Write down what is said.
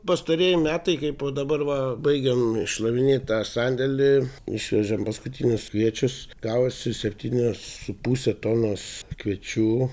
pastarieji metai kai po dabar va baigiam šlavinėt tą sandėlį išvežėm paskutinius kviečius gavosi septynios su puse tonos kviečių